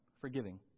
Forgiving